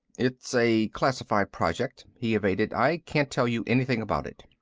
it's a classified project, he evaded. i can't tell you anything about it.